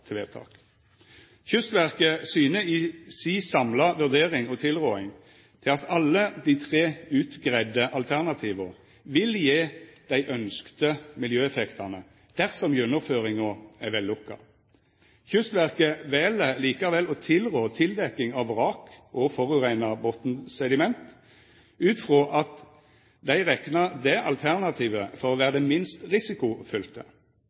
vedtak. Kystverket syner i si samla vurdering og tilråding til at alle dei tre utgreidde alternativa vil gje dei ønskte miljøeffektane dersom gjennomføringa er vellukka. Kystverket vel likevel å tilrå tildekking av vrak og forureina botnsediment ut frå at dei reknar det alternativet for å vera det minst risikofylte.